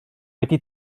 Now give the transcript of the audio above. wedi